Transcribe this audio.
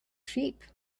sheep